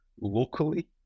locally